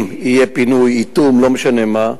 אם יהיה פינוי, איטום, לא משנה מה,